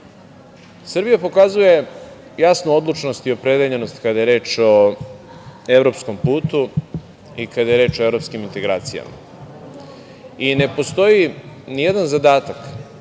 pokazuje jasnu odlučnost i opredeljenost kada je reč o evropskom putu, i kada je reč o evropskim integracijama. I ne postoji nijedan zadatak